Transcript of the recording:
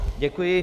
Děkuji.